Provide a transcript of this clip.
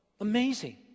amazing